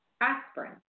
aspirin